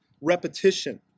repetition